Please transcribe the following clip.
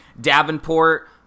Davenport